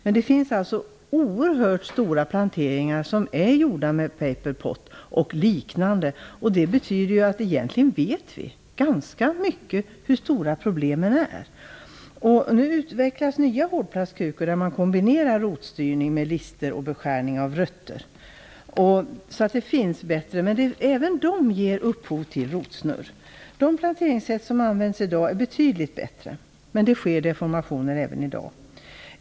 Men det finns alltså oerhört stora planteringar som är gjorda med paperpot och liknande. Det betyder att vi egentligen vet ganska bra hur stora problemen är. Nu utvecklas nya hårdplastkrukor där man kombinerar rotstyrning med lister och beskärning av rötter. Det finns alltså bättre metoder, men även de ger upphov till rotsnurr. De planteringssätt som används i dag är betydligt bättre, men det sker deformationer även i dag.